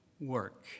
work